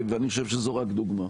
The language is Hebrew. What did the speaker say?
ואני חושב שזאת רק דוגמה.